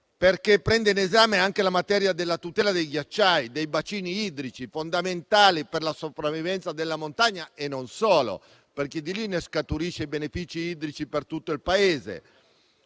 fondamentale - la materia della tutela dei ghiacciai e dei bacini idrici fondamentali per la sopravvivenza della montagna e non solo, perché di lì scaturiscono i benefici idrici per tutto il Paese.